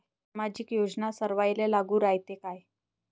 सामाजिक योजना सर्वाईले लागू रायते काय?